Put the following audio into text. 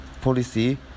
policy